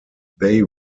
they